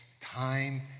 time